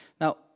Now